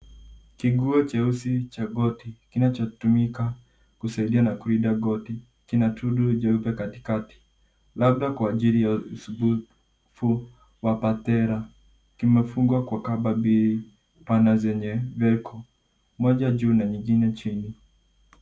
Kinguo jeusi cha goti kinachotumika kusaidia na kulinda goti kina tundu jeupe katikati. landa kwa ajili ya usumbufu wa patela. Kimefungwa kwa kamba mbili pana zenye veko moja juu na nyingine chini.